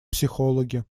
психологи